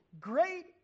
Great